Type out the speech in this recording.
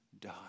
die